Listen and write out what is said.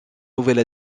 nouvelle